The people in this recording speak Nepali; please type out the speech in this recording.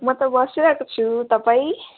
म त बसिरहेको छु तपाईँ